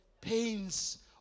pains